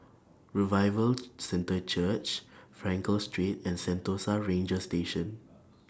Revival Centre Church Frankel Street and Sentosa Ranger Station